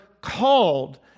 called